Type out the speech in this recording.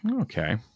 Okay